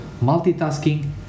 multitasking